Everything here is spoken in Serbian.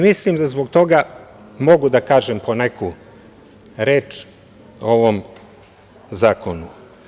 Mislim da zbog toga mogu da kažem poneku reč o ovom zakonu.